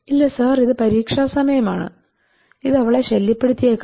ഇല്ല സർ ഇത് പരീക്ഷാ സമയമാണ് ഇത് അവളെ ശല്യപ്പെടുത്തിയേക്കാം